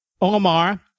Omar